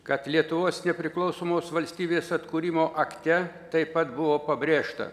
kad lietuvos nepriklausomos valstybės atkūrimo akte taip pat buvo pabrėžta